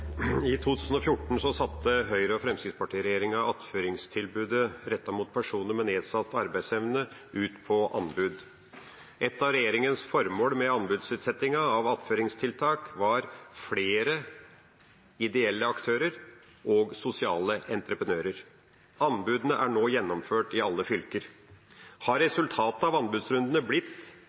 2014 satte Høyre- og Fremskrittsparti-regjeringen attføringstilbudet rettet mot personer med nedsatt arbeidsevne ut på anbud. Et av regjeringens formål med anbudsutsettingen av attføringstiltak var flere ideelle aktører og sosiale entreprenører. Anbudene er nå gjennomført i alle fylker. Har resultatet av anbudsrundene blitt